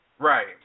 Right